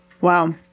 Wow